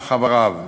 רמ"ח איבריו.